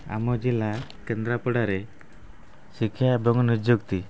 ଆମ ଜିଲ୍ଲା କେନ୍ଦ୍ରାପଡ଼ାରେ ଶିକ୍ଷା ଏବଂ ନିଯୁକ୍ତି